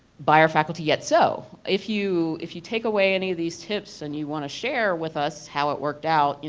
by our faculty yet. so if you if you take away any of these tips and you want to share with us how it worked out.